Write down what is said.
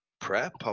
prep